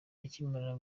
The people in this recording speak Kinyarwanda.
akimara